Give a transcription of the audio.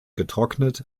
getrocknet